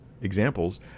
Examples